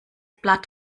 blatt